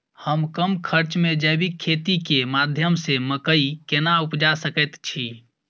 हम कम खर्च में जैविक खेती के माध्यम से मकई केना उपजा सकेत छी?